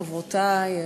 חברותי,